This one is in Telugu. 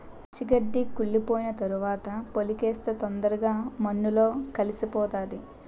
పచ్చి గడ్డి కుళ్లిపోయిన తరవాత పోలికేస్తే తొందరగా మన్నులో కలిసిపోతాది